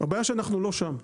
הבעיה שאנחנו לא שם,